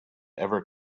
ever